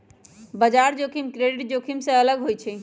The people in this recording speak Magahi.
बजार जोखिम क्रेडिट जोखिम से अलग होइ छइ